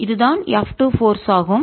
இதுதான் F 2 force ஆகும்